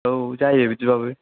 औ जायो बिदिबाबो